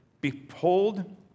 Behold